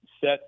set